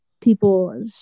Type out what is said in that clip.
people